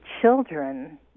children